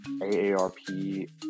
AARP